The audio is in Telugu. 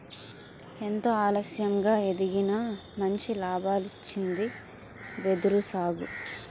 ఎంతో ఆలస్యంగా ఎదిగినా మంచి లాభాల్నిచ్చింది వెదురు సాగు